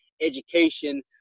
education